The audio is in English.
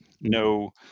no